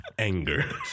anger